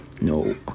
no